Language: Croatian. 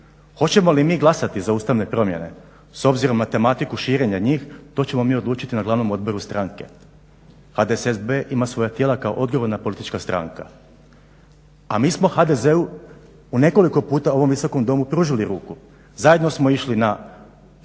Hoćemo li mi glasati za ustavne promjene s obzirom na tematiku širenja njih to ćemo mi odlučiti na glavnom odboru stranke. HDSSB ima svoja tijela kao odgovorna politička stranka, a mi smo HDZ-u nekoliko puta u ovom Visokom domu pružili ruku, zajedno smo išli na